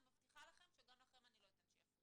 אני מבטיחה לכם שגם לכם אני לא אתן שיפריעו.